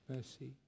Mercy